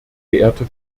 geehrte